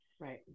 right